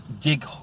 dig